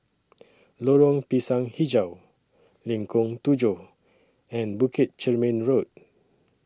Lorong Pisang Hijau Lengkong Tujuh and Bukit Chermin Road